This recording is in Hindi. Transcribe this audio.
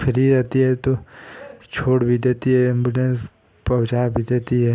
फ्री रहती है तो छोड़ भी देती है एम्बुलेंस पहुँचा भी देती है